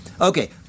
Okay